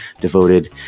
devoted